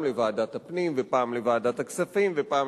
פעם לוועדת הפנים ופעם לוועדת הכספים ופעם